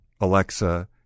alexa